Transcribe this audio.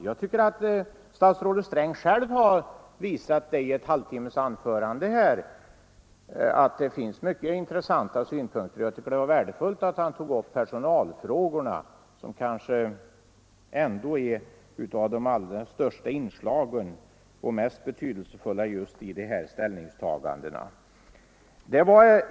Jag tycker att statsrådet själv har visat i sitt halvtimmesanförande att det finns många intressanta synpunkter att anlägga. Jag anser att det var värdefullt att han tog upp personalfrågorna, som kanske är ett av de allra största och mest betydelsefulla inslagen just när det gäller de ställningstaganden vi här gör.